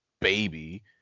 baby